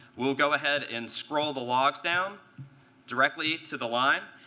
we'll go ahead and scroll the logs down directly to the line,